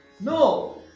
No